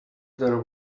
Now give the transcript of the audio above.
their